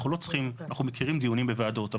אנחנו לא צריכים, אנחנו מכירים דיונים בוועדות.